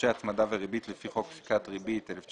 הפרשי הצמדה וריבית לפי חוק פסיקת ריבית והצמידה,